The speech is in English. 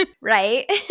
Right